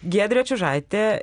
giedrė čiužaitė